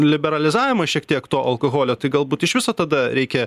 liberalizavimą šiek tiek to alkoholio tai galbūt iš viso tada reikia